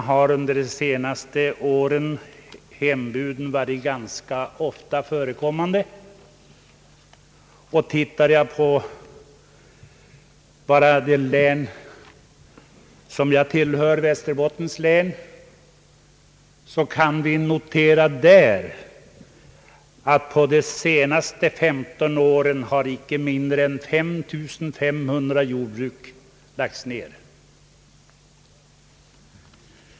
Under de senaste åren har det ofta förekommit hembud till lantbruksnämnderna. I Västerbottens län, som jag tillhör, har under de senaste 15 åren inte mindre än 5500 jordbruk lagts ned.